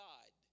God